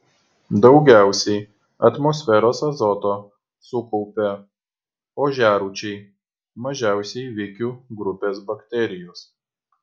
daugiausiai atmosferos azoto sukaupia ožiarūčiai mažiausiai vikių grupės bakterijos